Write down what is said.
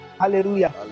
Hallelujah